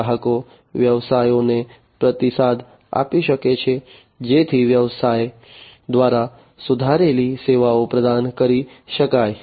ગ્રાહકો વ્યવસાયોને પ્રતિસાદ આપી શકે છે જેથી વ્યવસાય દ્વારા સુધારેલી સેવાઓ પ્રદાન કરી શકાય